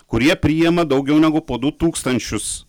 kurie priėma daugiau negu po du tūkstančius